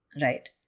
right